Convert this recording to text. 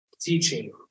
teaching